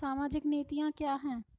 सामाजिक नीतियाँ क्या हैं?